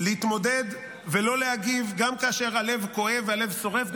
להתמודד ולא להגיב גם כאשר הלב כואב והלב שורף,